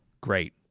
great